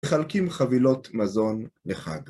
מחלקים חבילות מזון לחג.